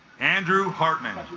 andrew hartman